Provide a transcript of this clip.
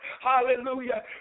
Hallelujah